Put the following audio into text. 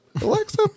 Alexa